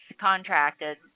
contracted